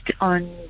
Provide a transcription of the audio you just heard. on